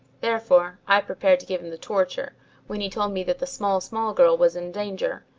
therefore, i prepared to give him the torture when he told me that the small-small girl was in danger.